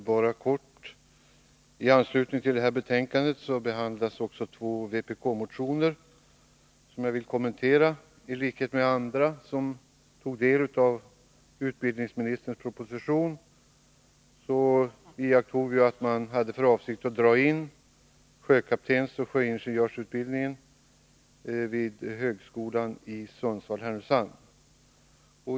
Herr talman! I utbildningsutskottets betänkande nr 24 behandlas två vpk-motioner som jag helt kort vill kommentera. I likhet med andra hade vi uppmärksammat att utbildningsministern i propositionen föreslog indragning av sjökaptensoch sjöingenjörslinjen vid högskolan i Sundsvall/Härnösand.